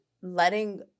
letting